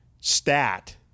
stat